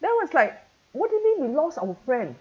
then I was like what do you mean we lost our friend